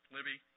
Libby